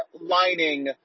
lining